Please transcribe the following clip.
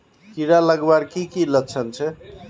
कीड़ा लगवार की की लक्षण छे?